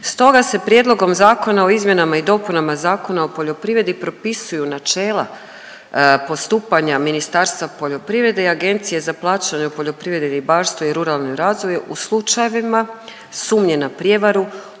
Stoga se Prijedlogom zakona o izmjenama i dopunama Zakona o poljoprivredi propisuju načela postupanja Ministarstva poljoprivrede i Agencije za plaćanje u poljoprivredi, ribarstvu i ruralni razvoj u slučajevima sumnje na prijevaru,